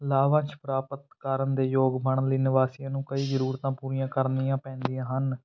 ਲਾਭਾਂਸ਼ ਪ੍ਰਾਪਤ ਕਰਨ ਦੇ ਯੋਗ ਬਣਨ ਲਈ ਨਿਵਾਸੀਆਂ ਨੂੰ ਕਈ ਜ਼ਰੂਰਤਾਂ ਪੂਰੀਆਂ ਕਰਨੀਆਂ ਪੈਂਦੀਆਂ ਹਨ